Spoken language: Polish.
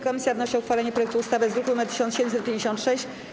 Komisja wnosi o uchwalenie projektu ustawy z druku nr 1756.